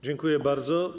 Dziękuję bardzo.